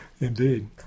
Indeed